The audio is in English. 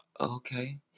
okay